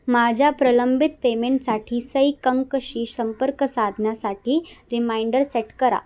माझ्या प्रलंबित पेमेंटसाठी सई कंकशी संपर्क साधण्यासाठी रिमाइंडर सेट करा